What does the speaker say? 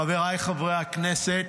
חבריי חברי הכנסת,